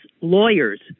lawyers